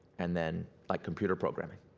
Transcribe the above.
and then like computer programming.